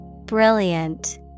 Brilliant